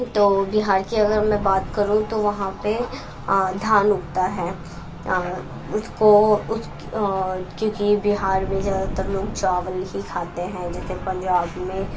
تو بہار کی اگر میں بات کروں تو وہاں پہ دھان اگتا ہے اس کو اس کیونکہ بہار میں زیادہ تر لوگ چاول ہی کھاتے ہیں جیسے کہ پنجاب میں